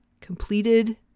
completed